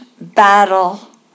battle